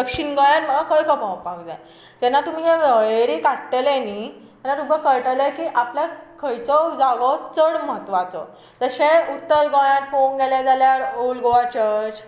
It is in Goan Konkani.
दक्षीण गोंयांत म्हाका खंय खंय भोंवपाक जाय जेन्ना तुमी हे वळेरी काडटले न्ही तेन्ना तुमकां कळटलें की आपल्याक खंयचो जागो चड म्हत्वाचो तशें उत्तर गोंयांत पळोवंक गेलें जाल्यार ओल्ड गोवा चर्च